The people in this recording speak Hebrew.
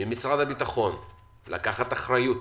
ממשרד הביטחון לקחת אחריות